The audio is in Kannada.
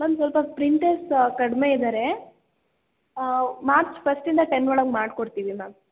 ಮ್ಯಾಮ್ ಸ್ವಲ್ಪ ಪ್ರಿಂಟರ್ಸ್ ಕಡಿಮೆ ಇದಾರೆ ಮಾರ್ಚ್ ಫಸ್ಟ್ ಇಂದ ಟೆನ್ ಒಳಗೆ ಮಾಡ್ಕೊಡ್ತಿವಿ ಮ್ಯಾಮ್